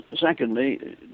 secondly